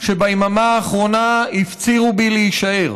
שביממה האחרונה הפצירו בי להישאר.